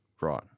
right